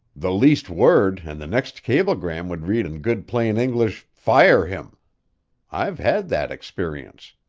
the least word and the next cablegram would read in good plain english, fire him i've had that experience.